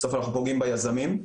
בסוף אנחנו פוגעים ביזמים,